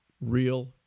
real